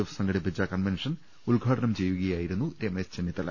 F സംഘടിപ്പിച്ച convention ഉദ്ഘാടനം ചെയ്യുകയായിരുന്നു രമേശ് ചെന്നിത്തല